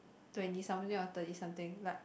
twenty something or thirty something like